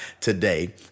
today